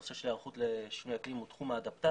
הנושא של היערכות לשינויי אקלים הוא תחום האדפטציה.